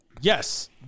Yes